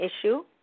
issue